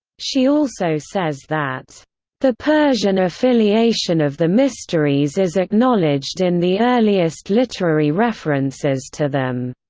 she also says that the persian affiliation of the mysteries is acknowledged in the earliest literary references to them.